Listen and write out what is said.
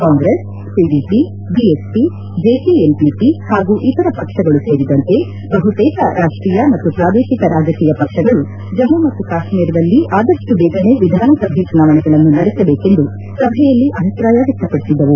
Congress PDP BSP JKNPP ಹಾಗೂ ಇತರ ಪಕ್ಷಗಳು ಸೇರಿದಂತೆ ಬಹುತೇಕ ರಾಷ್ಲೀಯ ಮತ್ತು ಪೂದೇಶಿಕ ರಾಜಕೀಯ ಪಕ್ಷಗಳು ಜಮ್ನು ಮತ್ತು ಕಾಶ್ಮೀರದಲ್ಲಿ ಆದಷ್ಟು ಬೇಗನೇ ವಿಧಾನಸಭೆ ಚುನಾವಣೆಗಳನ್ನು ನಡೆಸಬೇಕೆಂದು ಸಭೆಯಲ್ಲಿ ಅಭಿಪ್ರಾಯ ವ್ಯಕ್ತಪಡಿಸಿದವು